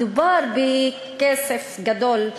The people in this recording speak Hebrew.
מדובר בכסף גדול,